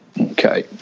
Okay